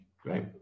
Great